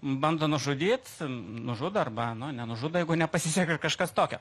bando nužudyt nužudo arba nu nenužudo jeigu nepasiseka kažkas tokio